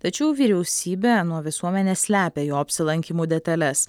tačiau vyriausybė nuo visuomenės slepia jo apsilankymų detales